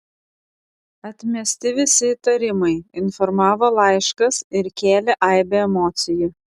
atmesti visi įtarimai informavo laiškas ir kėlė aibę emocijų